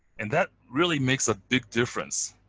and that really makes a big difference.